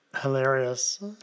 hilarious